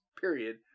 period